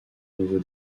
nouveau